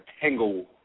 tangle